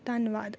ਧੰਨਵਾਦ